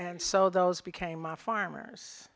and so those became our farmers